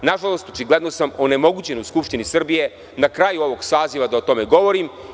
Nažalost, očigledno sam onemogućen u Skupštini Srbije, na kraju ovog saziva, da o tome govorim.